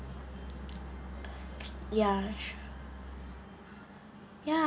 ya true ya